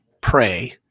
pray